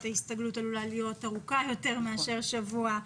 ההסתגלות עלולה להיות ארוכה יותר מאשר שבוע.